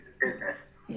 business